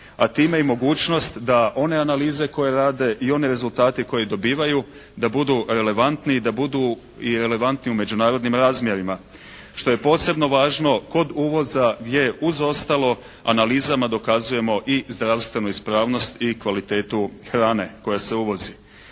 a time i mogućnost da one analize koje rade i oni rezultati koji dobivaju da budu relevantni i da budu i relevantni u međunarodnim razmjerima što je posebno važno kod uvoza je uz ostalo analizama dokazujemo i zdravstvenu ispravnost i kvalitetu hrane koja se uvozi.